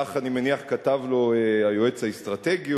כך אני מניח כתב לו היועץ האסטרטגי,